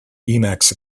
emacs